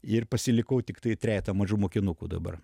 ir pasilikau tiktai trejetą mažų mokinukų dabar